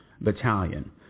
battalion